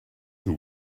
who